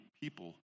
people